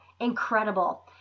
incredible